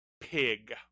pig